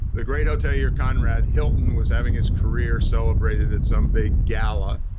the great hotelier, conrad hilton, was having his career celebrated at some big gala.